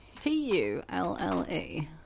T-U-L-L-E